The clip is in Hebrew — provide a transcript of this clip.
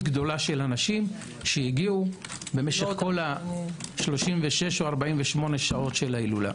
גדולה של אנשים שהגיעו במשך 36 או 48 השעות של ההילולה.